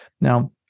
Now